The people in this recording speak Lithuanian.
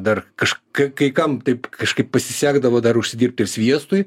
dar kaž kai kam taip kažkaip pasisekdavo dar užsidirbti ir sviestui